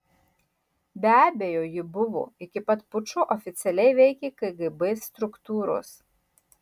be abejo ji buvo iki pat pučo oficialiai veikė kgb struktūros